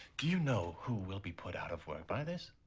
do you know who will be put out of work by this?